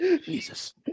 Jesus